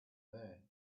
there